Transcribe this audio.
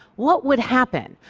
what would happen?